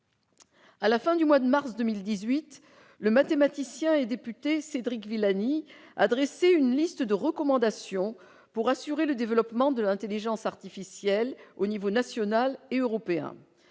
À la fin du mois de mars 2018, le mathématicien et député Cédric Villani a dressé une liste de recommandations pour assurer le développement de l'intelligence artificielle aux niveaux national et européen